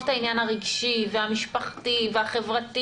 את העניין הרגשי והמשפחתי והחברתי,